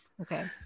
Okay